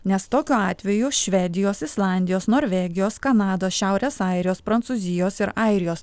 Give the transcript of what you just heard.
nes tokiu atveju švedijos islandijos norvegijos kanados šiaurės airijos prancūzijos ir airijos